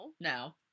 No